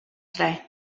today